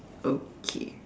okay